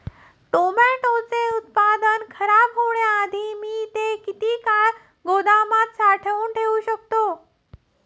टोमॅटोचे उत्पादन खराब होण्याआधी मी ते किती काळ गोदामात साठवून ठेऊ शकतो?